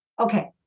Okay